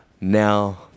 now